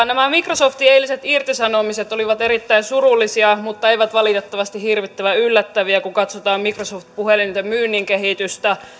nämä microsoftin eiliset irtisanomiset olivat erittäin surullisia mutta eivät valitettavasti hirvittävän yllättäviä kun katsotaan microsoftin puhelinten myynnin kehitystä